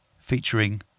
featuring